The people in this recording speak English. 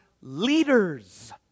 leaders